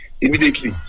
immediately